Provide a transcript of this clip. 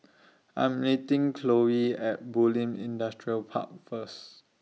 I'm meeting Chloe At Bulim Industrial Park First